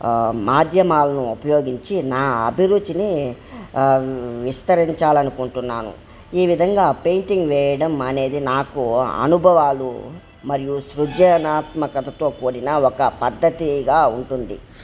మాధ్యమాలను ఉపయోగించి నా అభిరుచిని విస్తరించాలి అనుకుంటున్నాను ఈ విధంగా పెయింటింగ్ వేయడం అనేది నాకు అనుభవాలు మరియు సృజనాత్మకతతో కూడిన ఒక పద్ధతిగా ఉంటుంది